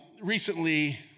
recently